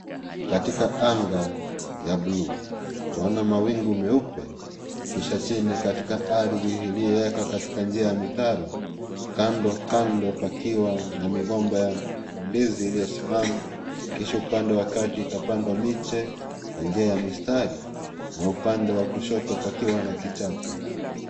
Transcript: Katika anga ya bluu. Twaona mawingu meupe, kisha chini katika ardhi iliyoweka katika njia ya mitaro kando kando pakiwa na migomba ya ndizi iliyosimama. Kisha upande wa kati ikapandwa miche kwa njia ya mistari na upande wa kushoto pakiwa na kichaka.